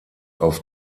auf